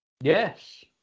Yes